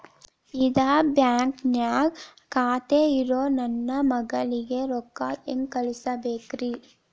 ಇದ ಬ್ಯಾಂಕ್ ನ್ಯಾಗ್ ಖಾತೆ ಇರೋ ನನ್ನ ಮಗಳಿಗೆ ರೊಕ್ಕ ಹೆಂಗ್ ಕಳಸಬೇಕ್ರಿ?